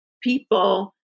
people